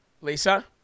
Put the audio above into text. lisa